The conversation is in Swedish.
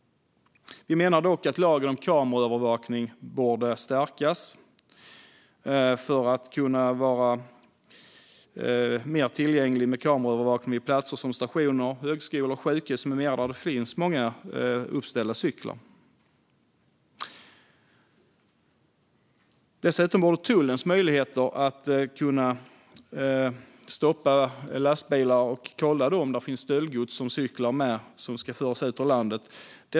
Vi menar dock att lagen om kameraövervakning borde stärkas så att kameraövervakning skulle kunna vara mer tillgänglig vid platser som stationer, högskolor, sjukhus med mera där det finns många uppställda cyklar. Dessutom borde tullens möjligheter öka när det gäller att kunna stoppa lastbilar för att kolla om det finns stöldgods som cyklar som ska föras ut ur landet.